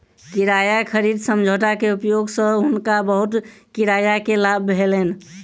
किराया खरीद समझौता के उपयोग सँ हुनका बहुत किराया के लाभ भेलैन